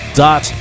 dot